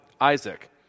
Isaac